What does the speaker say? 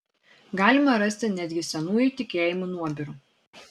galima rasti netgi senųjų tikėjimų nuobirų